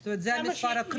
זאת אומרת, זה המספר הקריטי.